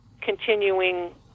continuing